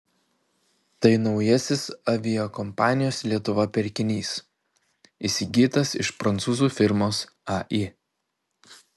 tai naujasis aviakompanijos lietuva pirkinys įsigytas iš prancūzų firmos ai